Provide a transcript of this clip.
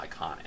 iconic